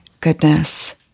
goodness